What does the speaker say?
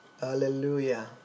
hallelujah